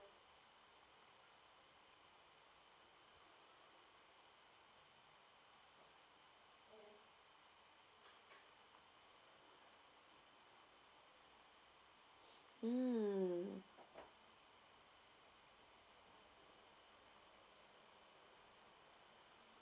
mm